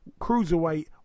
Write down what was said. Cruiserweight